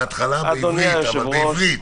מהתחלה, אבל בעברית.